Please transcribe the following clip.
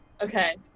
okay